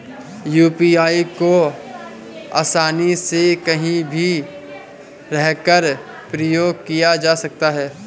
UPI को आसानी से कहीं भी रहकर प्रयोग किया जा सकता है